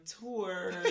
tour